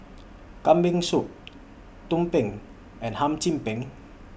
Kambing Soup Tumpeng and Hum Chim Peng